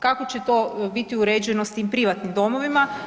Kako će to biti uređeno s tim privatnim domovima?